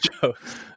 jokes